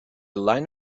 line